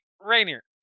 rainier